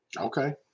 Okay